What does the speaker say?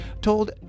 told